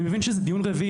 אני מבין שזה דיון רביעי.